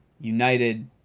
United